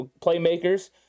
playmakers